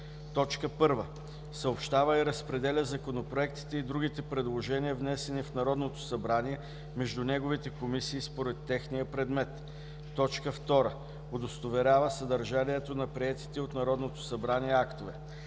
1. съобщава и разпределя законопроектите и другите предложения, внесени в Народното събрание, между неговите комисии според техния предмет; 2. удостоверява съдържанието на приетите от Народното събрание актове;